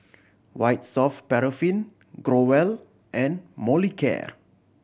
White Soft Paraffin Growell and Molicare